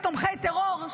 תומכי טרור,